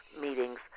meetings